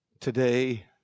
Today